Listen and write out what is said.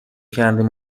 کردیم